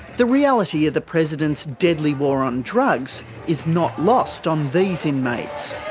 the reality of the president's deadly war on drugs is not lost on these inmates.